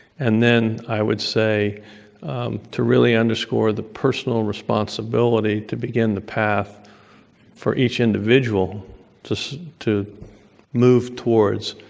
and then i would say to really underscore the personal responsibility to begin the path for each individual to to move towards